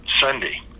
Sunday